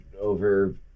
over